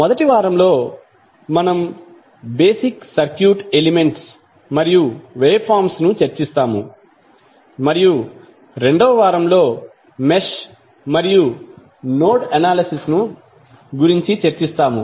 మొదటి వారంలో మనం బేసిక్ సర్క్యూట్ ఎలెమెంట్స్ మరియు వేవ్ ఫార్మ్స్ ను చర్చిస్తాము మరియు రెండవ వారంలో మెష్ మరియు నోడ్ ఎనాలిసిస్ ను గురించి చర్చిస్తాము